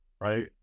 Right